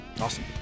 Awesome